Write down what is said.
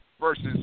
versus